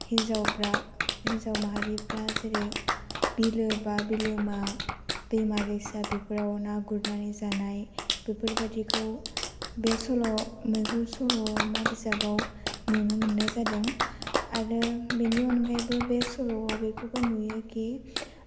हिन्जावफ्रा हिन्जाव माहारिफ्रा जेरै बिलो बा बिलोमा दैमा दैसा बेफ्राव ना गुरनानै जानाय बेफोर बायदिखौ बे सल' मैहुर सल'मा बिजाबाव नुनो मोन्नाय जादों आरो बेनि अनगायैबो बे सल'आव बेखौबो नुयो खि